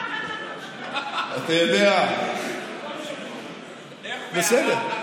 אתה יודע, בסדר.